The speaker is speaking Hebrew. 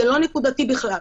זה לא נקודתי בכלל.